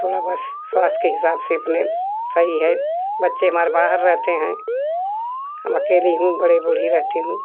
सोलह वर्ष स्वास्थ्य के हिसाब से अपने सही है बच्चे हमारे बाहर रहते हैं हम अकेली हूँ बड़े बूढ़ी रहती हूँ